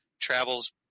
travels